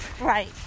right